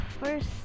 first